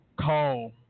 call